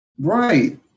Right